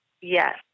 Yes